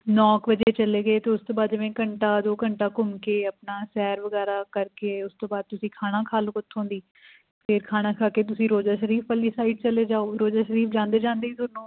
ਨੌ ਕੁ ਵਜੇ ਚਲੇ ਗਏ ਅਤੇ ਉਸ ਤੋਂ ਬਾਅਦ ਜਿਵੇਂ ਘੰਟਾ ਦੋ ਘੰਟਾ ਘੁੰਮ ਕੇ ਆਪਣਾ ਸੈਰ ਵਗੈਰਾ ਕਰਕੇ ਉਸ ਤੋਂ ਬਾਅਦ ਤੁਸੀਂ ਖਾਣਾ ਖਾ ਲਓ ਉੱਥੋਂ ਦੀ ਫਿਰ ਖਾਣਾ ਖਾ ਕੇ ਤੁਸੀਂ ਰੋਜ਼ਾ ਸ਼ਰੀਫ ਵਾਲੀ ਸਾਈਡ ਚਲੇ ਜਾਓ ਰੋਜ਼ਾ ਸ਼ਰੀਫ ਜਾਂਦੇ ਜਾਂਦੇ ਹੀ ਤੁਹਾਨੂੰ